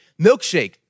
milkshake